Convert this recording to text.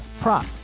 prop